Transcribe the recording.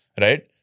right